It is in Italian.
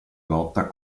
lotta